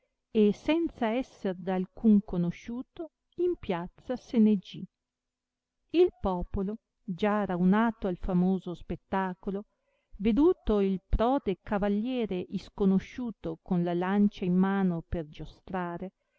e senza esser da alcun conosciuto in piazza se ne gì il popolo già raunato al famoso spettacolo veduto il prode cavaliere isconosciuto con la lancia in mano per giostrare